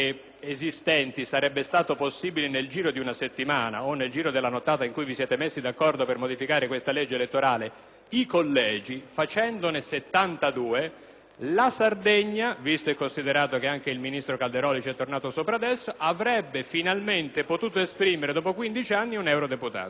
esistenti sarebbe stato possibile farlo nel giro di una settimana, o della nottata in cui vi siete messi d'accordo per modificare questa legge elettorale ‑ facendone 72, la Sardegna, visto e considerato che anche il ministro Calderoli ne ha parlato fino or ora, avrebbe potuto esprimere finalmente un eurodeputato.